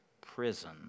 prison